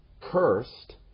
cursed